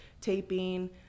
taping